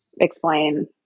explain